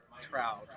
Trout